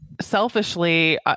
selfishly